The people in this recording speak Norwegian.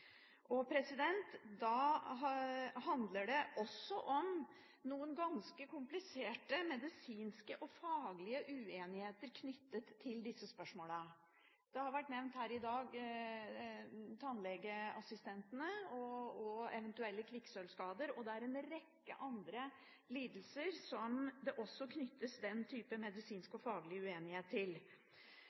Da handler det også om noen ganske kompliserte medisinske og faglige uenigheter knyttet til disse spørsmålene. Her i dag har tannlegeassistentene og eventuelle kvikksølvskader vært nevnt, og det er en rekke andre lidelser som det også knyttes den type medisinsk og faglig uenighet til.